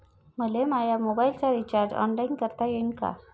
मले माया मोबाईलचा रिचार्ज ऑनलाईन करता येईन का?